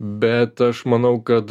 bet aš manau kad